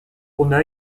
pour